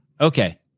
Okay